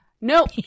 Nope